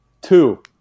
Two